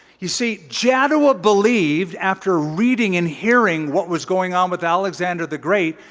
you see, jaddua believed after reading and hearing what was going on with alexander the great,